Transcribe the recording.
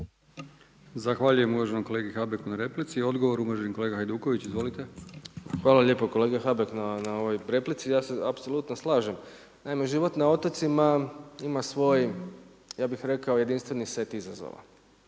Zahvaljujem uvaženom kolegi Habeku na replici, odgovor uvaženi kolega Hajduković. Izvolite. **Hajduković, Domagoj (SDP)** Hvala lijepa kolega Habek na ovoj replici. Ja se apsolutno slažem, naime život na otocima ima svoj, ja bih rekao, jedinstveni set izazova